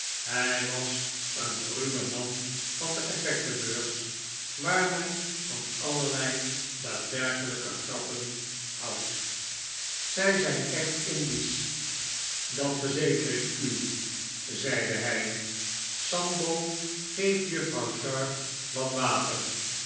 hij was een ruwe man van de effectenbeurs waar men van allerlei daadwerkelijke grappen houdt zij zijn echt indisch dat verzeker ik u zeide hij sambo geef juffrouw sharp wat water